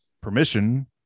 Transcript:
permission